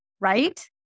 right